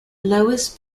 lowest